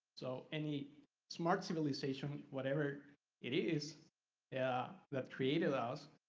so any smart civilization whatever it is yeah that created us